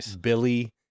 Billy